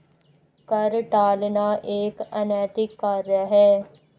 कर टालना एक अनैतिक कार्य है